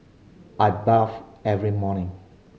I bathe every morning